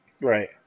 Right